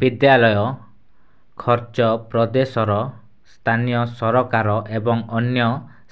ବିଦ୍ୟାଳୟ ଖର୍ଚ୍ଚ ପ୍ରଦେଶର ସ୍ଥାନୀୟ ସରକାର ଏବଂ ଅନ୍ୟ